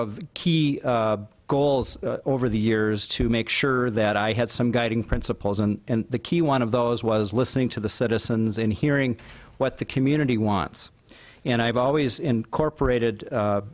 of key goals over the years to make sure that i had some guiding principles and the key one of those was listening to the citizens in hearing what the community wants and i've always incorporated